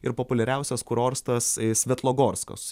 ir populiariausias kurortas svetlogorskas